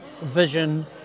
Vision